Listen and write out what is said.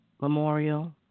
memorial